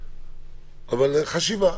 אבל זאת חשיבה.